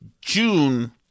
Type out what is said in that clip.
June